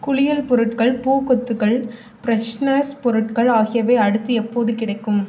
குளியல் பொருட்கள் பூக்கொத்துகள் ஃப்ரெஷனர்ஸ் பொருட்கள் ஆகியவை அடுத்து எப்போது கிடைக்கும்